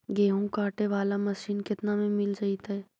गेहूं काटे बाला मशीन केतना में मिल जइतै?